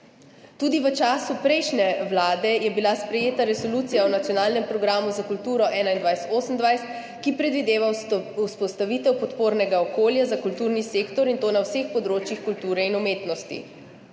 Tudi v času prejšnje vlade je bila sprejeta Resolucija o nacionalnem programu za kulturo 2021–2028, ki predvideva vzpostavitev podpornega okolja za kulturni sektor, in to na vseh področjih kulture in umetnosti.